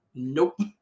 Nope